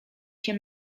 się